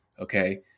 okay